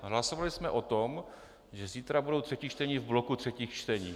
Hlasovali jsme o tom, že zítra budou třetí čtení v bloku třetích čtení.